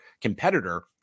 competitor